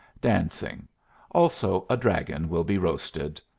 dancing also a dragon will be roasted.